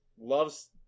loves